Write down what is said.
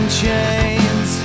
chains